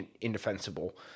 indefensible